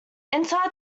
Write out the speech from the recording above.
inside